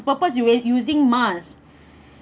what for you using mask